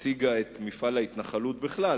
הציגה את מפעל ההתנחלות בכלל,